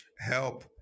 help